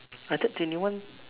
I thought twenty one